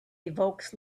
evokes